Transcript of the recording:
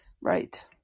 Right